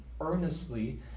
earnestly